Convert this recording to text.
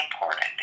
important